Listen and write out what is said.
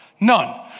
None